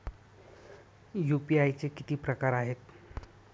UPI चे किती प्रकार आहेत?